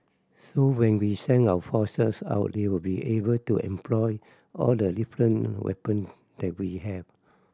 so when we send our forces out they will be able to employ all the different weapon that we have